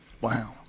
Wow